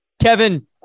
kevin